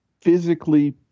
physically